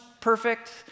perfect